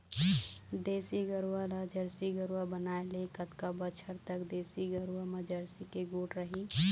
देसी गरवा ला जरसी गरवा बनाए ले कतका बछर तक देसी गरवा मा जरसी के गुण रही?